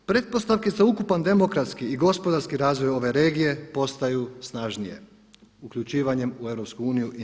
Pretpostavke za ukupan demokratski i gospodarski razvoj ove regije postaju snažnije uključivanjem u EU i NATO.